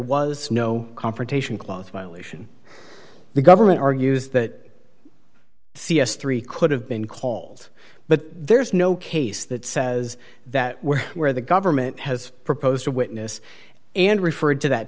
was no confrontation cloth violation the government argues that c s three could have been called but there's no case that says that we're where the government has proposed a witness and referred to that